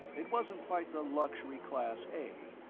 it wasn't quite the luxury class a,